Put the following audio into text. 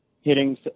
hitting